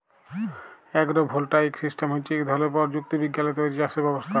agro voltaic system হছে ইক ধরলের পরযুক্তি বিজ্ঞালে তৈরি চাষের ব্যবস্থা